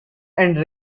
and